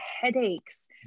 headaches